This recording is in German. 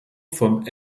vom